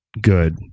good